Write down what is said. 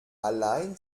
allein